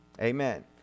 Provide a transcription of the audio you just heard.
Amen